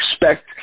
expect